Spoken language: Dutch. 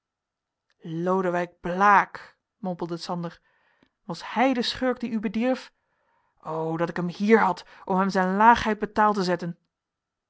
lodewijk blaek mompelde sander was hij de schurk die u bedierf o dat ik hem hier had om hem zijn laagheid betaald te zetten